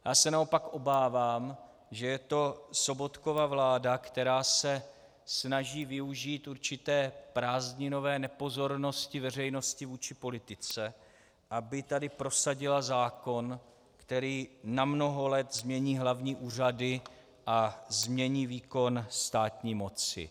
Já se naopak obávám, že je to Sobotkova vláda, která se snaží využít určité prázdninové nepozornosti veřejnosti vůči politice, aby tady prosadila zákon, který na mnoho let změní hlavní úřady a změní výkon státní moci.